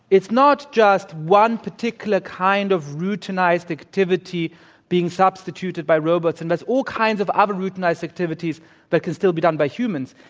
it's not just one particular kind of routinized activity being substituted by robots, and there's all kinds other um and routinized activities that could still be done by humans.